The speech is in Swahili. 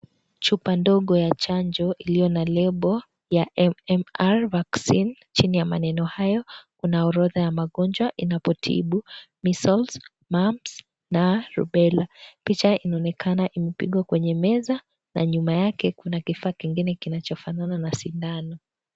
Chupa ndogo ya chanjo, iliyo na lebo ya, (cs)MMR vaccine(cs), chini ya maneno hayo kuna orodha ya magonjwa inapotibu, (cs)missles, mums na rubella(cs), picha inaonekana imepigwa kwenye meza, na nyuma yake kuna kifaa kingine kinacho fanana na sindano.